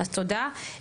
אז תודה.